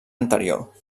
anterior